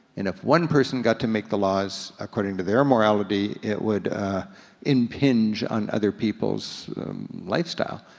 and if one person got to make the laws according to their morality, it would impinge on other people's lifestyle.